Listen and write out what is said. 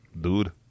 dude